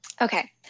okay